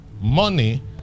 Money